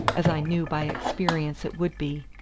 as i knew, by experience, it would be.